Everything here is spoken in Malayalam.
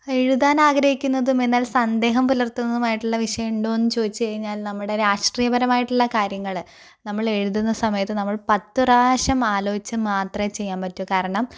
എഴുതാൻ ആഗ്രഹിക്കുന്നതും എന്നാൽ സന്ദേഹം പുലർത്തുന്നുമായിട്ടുള്ള വിഷയം ഉണ്ടോ എന്ന് ചോദിച്ചു കഴിഞ്ഞാൽ നമ്മുടെ രാഷ്ട്രീയപരമായിട്ടുള്ള കാര്യങ്ങള് നമ്മൾ എഴുതുന്ന സമയത്ത് നമ്മൾ പത്ത് പ്രാവശ്യം ആലോചിച്ച് മാത്രമേ ചെയ്യാൻ പറ്റൂ കാരണം